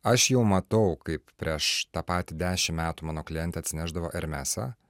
aš jau matau kaip prieš tą patį dešimt metų mano klientė atsinešdavo hermesą